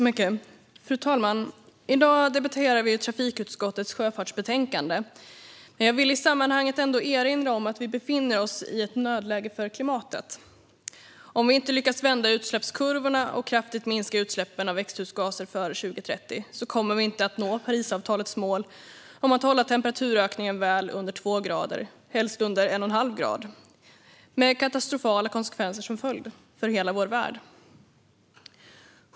Fru talman! I dag debatterar vi trafikutskottets sjöfartsbetänkande. Jag vill i sammanhanget erinra om att vi befinner oss i ett nödläge för klimatet. Om vi inte lyckas vända utsläppskurvorna och kraftigt minska utsläppen av växthusgaser före 2030 kommer vi inte att nå Parisavtalets mål om att hålla temperaturökningen väl under två grader och helst under en och en halv grad med katastrofala konsekvenser som följd för hela vår värld.